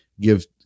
Give